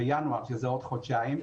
שזה עוד חודשיים.